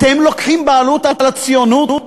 אתם לוקחים בעלות על הציונות?